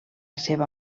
seva